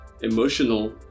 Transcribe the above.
emotional